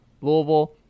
Louisville